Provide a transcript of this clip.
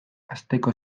asteko